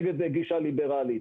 נגד גישה ליברלית.